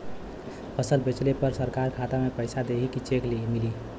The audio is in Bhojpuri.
फसल बेंचले पर सरकार खाता में पैसा देही की चेक मिली?